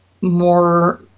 more